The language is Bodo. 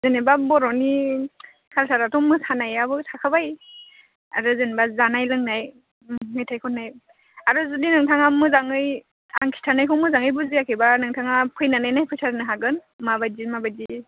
जेनेबा बर'नि कल्साराथ' मोसानायाबो थाखाबाय आरो जेनेबा जानाय लोंनाय मेथाइ खन्नाय आरो जुदि नोंथाङा मोजाङै आं खिन्थानायखौ मोजाङै बुजियाखैबा नोंथाङा फैनानै नायफैथारनो हागोन माबायदि माबायदि